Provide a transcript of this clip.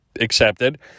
accepted